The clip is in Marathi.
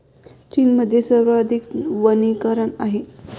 चीनमध्ये सर्वाधिक वनीकरण आहे